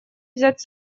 взять